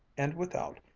and without,